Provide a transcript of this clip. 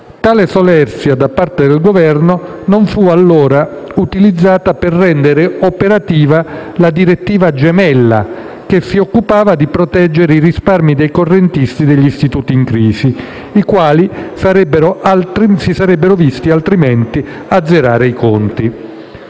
Tale solerzia da parte del Governo non fu allora utilizzata per rendere operativa la direttiva gemella che si occupava di proteggere i risparmi dei correntisti degli istituti in crisi, i quali si sarebbero altrimenti visti azzerare i conti.